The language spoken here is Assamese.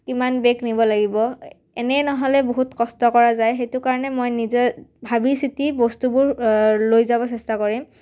কিমান বেগ নিব লাগিব এনেই নহ'লে বহুত কষ্ট কৰা যায় সেইটো কাৰণে মই নিজে ভাবি চিটি বস্তুবোৰ লৈ যাব চেষ্টা কৰিম